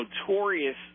notorious